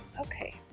okay